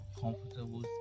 comfortable